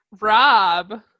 Rob